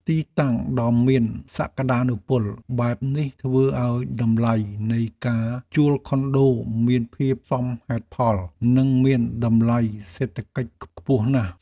ទីតាំងដ៏មានសក្តានុពលបែបនេះធ្វើឱ្យតម្លៃនៃការជួលខុនដូមានភាពសមហេតុផលនិងមានតម្លៃសេដ្ឋកិច្ចខ្ពស់ណាស់។